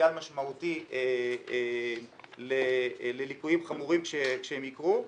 פוטנציאל משמעותי לליקויים חמורים שיקרו,